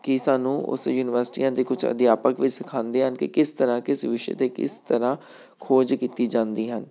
ਕਿ ਸਾਨੂੰ ਉਸ ਯੂਨੀਵਰਸਿਟੀਆਂ ਦੇ ਕੁਛ ਅਧਿਆਪਕ ਵੀ ਸਿਖਾਉਂਦੇ ਹਨ ਕਿ ਕਿਸ ਤਰ੍ਹਾਂ ਕਿਸ ਵਿਸ਼ੇ 'ਤੇ ਕਿਸ ਤਰ੍ਹਾਂ ਖੋਜ ਕੀਤੀ ਜਾਂਦੀ ਹਨ